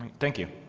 thank you.